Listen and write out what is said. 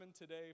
today